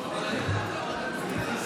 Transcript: ועדת הפנים.